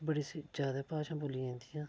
बड़ी जादा भाशा बोली जंदियां